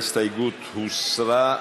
ההסתייגות הוסרה.